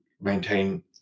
maintain